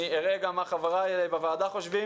אני אראה גם מה חבריי בוועדה חושבים